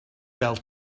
fel